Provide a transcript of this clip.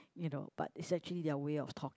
you know but is actually their way of talk